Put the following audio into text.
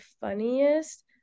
funniest